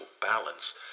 balance